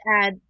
add